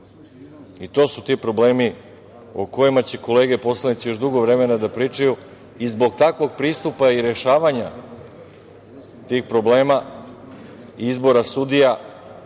To su ti problemi o kojima će kolege poslanici još dugo vremena da pričaju i zbog takvog pristupa i rešavanja tih problema izbora sudija